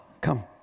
come